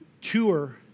tour